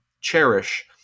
cherish